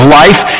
life